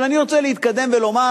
אבל אני רוצה להתקדם ולומר,